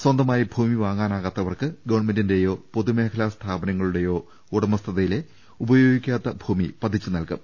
സ്വന്തമായി ഭൂമി വാങ്ങാ നാവാത്തവർക്ക് ഗവൺമെന്റിന്റെയും പൊതുമേഖ്ലാ സ്ഥാപനങ്ങ ളുടെയും ഉടമസ്ഥതയിലെ ഉപയോഗിക്കാത്ത്രഭൂമി പതിച്ച് നൽകും